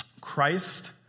Christ